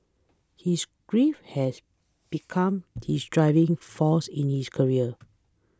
his grief has become his driving force in his career